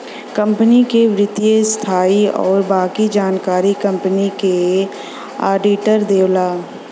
company क वित्तीय स्थिति आउर बाकी जानकारी कंपनी क आडिटर देवला